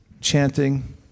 chanting